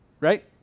right